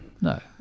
No